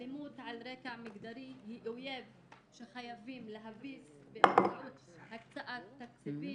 אלימות על רקע מגדרי היא אויב שחייבים להביס באמצעות הקצאת תקציבים,